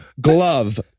glove